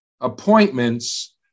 appointments